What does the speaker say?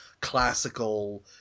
Classical